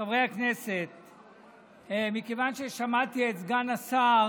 חברי הכנסת, מכיוון ששמעתי, סגן השר